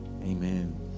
amen